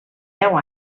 deu